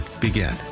begin